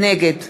נגד